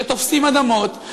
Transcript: שתופסים אדמות,